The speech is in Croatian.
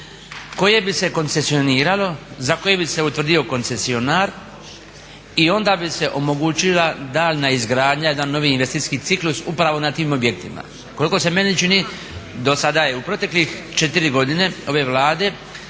koje bi se koncesioniralo, za koje bi se utvrdio koncesionar i onda bi se omogućila daljnja izgradnja, jedan novi investicijski ciklus upravo na tim objektima. Koliko se meni čini do sada je u proteklih 4 godine ove Vlade